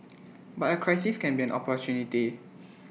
but A crisis can be an opportunity